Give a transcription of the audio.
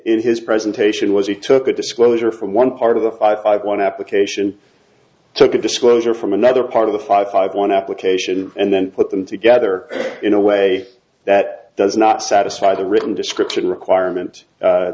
in his presentation was he took a disclosure from one part of the five one application took a disclosure from another part of the five five one application and then put them together in a way that does not satisfy the written description requirement